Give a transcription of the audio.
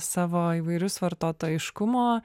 savo įvairius vartotojiškumo